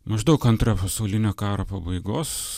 maždaug antrojo pasaulinio karo pabaigos